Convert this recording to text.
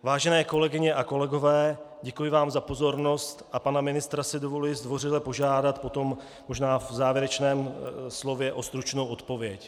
Vážené kolegyně a kolegové, děkuji vám za pozornost a pana ministra si dovoluji zdvořile požádat potom, možná v závěrečném slově, o stručnou odpověď.